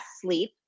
sleep